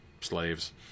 slaves